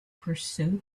pursue